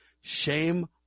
shame